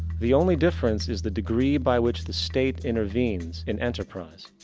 the only difference is the degree by which the state intervenes in enterprise.